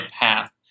path